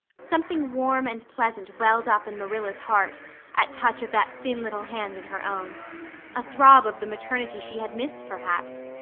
something warm and pleasant welled up in marilla's heart at touch of that thin little hand in her own a throb of the maternity she had missed, perhaps.